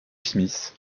smith